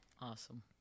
Awesome